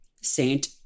Saint